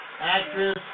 Actress